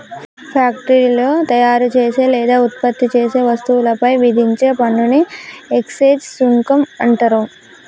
ఫ్యాక్టరీలో తయారుచేసే లేదా ఉత్పత్తి చేసే వస్తువులపై విధించే పన్నుని ఎక్సైజ్ సుంకం అంటరు